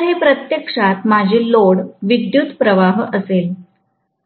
तर हे प्रत्यक्षात माझे लोड विद्युत प्रवाह असेल